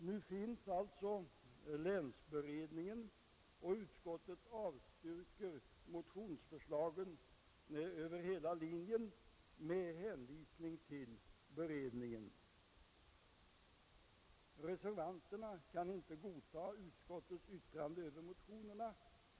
Nu finns alltså länsberedningen, och utskottet avstyrker motionsförslagen över hela linjen med hänvisning till denna beredning. Reservanterna kan inte godta utskottets yttrande över motionerna.